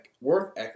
worth